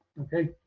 okay